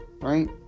right